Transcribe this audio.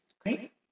great